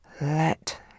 let